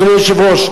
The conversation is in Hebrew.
אדוני היושב-ראש,